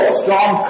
strong